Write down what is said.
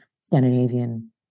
Scandinavian